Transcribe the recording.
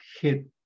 hit